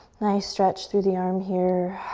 nice stretch through the arm here.